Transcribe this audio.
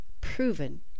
proven